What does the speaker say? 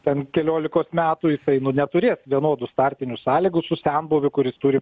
ten keliolikos metų jisai nu neturės vienodų startinių sąlygų su senbuviu kuris turi